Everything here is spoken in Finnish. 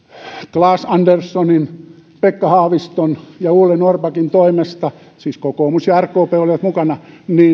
claes anderssonin pekka haaviston ja ole norrbackin toimesta kokoomus ja rkp olivat siis mukana